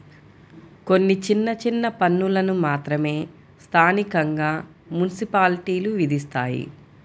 కొన్ని చిన్న చిన్న పన్నులను మాత్రమే స్థానికంగా మున్సిపాలిటీలు విధిస్తాయి